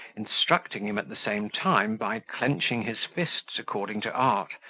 instructing him at the same time by clenching his fists according to art,